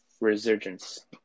Resurgence